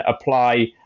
apply